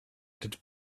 did